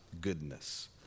goodness